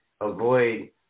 avoid